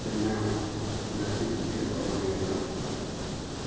China united state of America